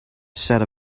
said